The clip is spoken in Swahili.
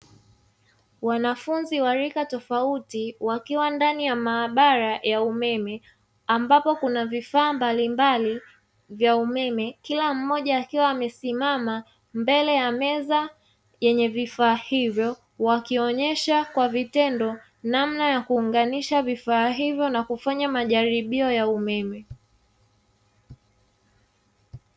Wanafunzi wa rika tofauti wakiwa ndani ya maabara ya umeme. Ambapo kuna vifaa mbalimbali vya umeme kila mmoja, akiwa amesimama mbele ya meza yenye vifaa hivyo wakionesha kwa vitendo namna ya kuunganisha vifaa hivyo na kufanya majaribio ya umeme.